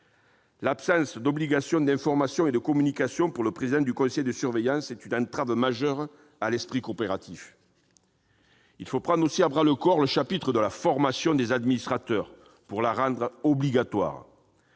L'absence d'obligation d'information et de communication pour le président du conseil de surveillance est une entrave majeure à l'esprit coopératif. Il faut aussi prendre à bras-le-corps la formation des administrateurs et la rendre obligatoire.